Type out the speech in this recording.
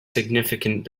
significant